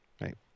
Right